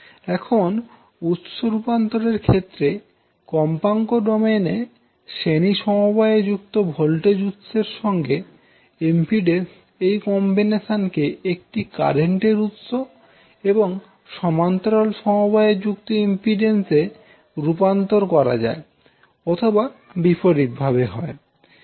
এখন উৎস রূপান্তরের ক্ষেত্রে কম্পাঙ্ক ডোমেইনে শ্রেণী সমবায়ে যুক্ত ভোল্টেজ উৎস এর সঙ্গে ইম্পিড্যান্স এই কম্বিনেশন কে একটি কারেন্টের উৎসে এবং সমান্তরাল সমবায়ে যুক্ত ইম্পিড্যান্স এ রূপান্তর করা যায় অথবা বিপরীতভাবে হয়